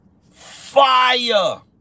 fire